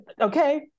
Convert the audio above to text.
Okay